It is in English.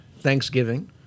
Thanksgiving